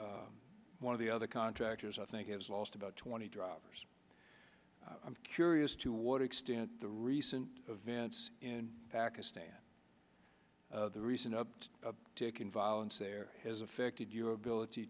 one of the other contractors i think has lost about twenty drivers i'm curious to what extent the recent events in pakistan the recent up tick in violence there has affected your ability